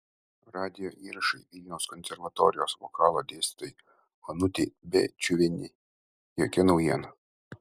radijo įrašai vilniaus konservatorijos vokalo dėstytojai onutei bėčiuvienei jokia naujiena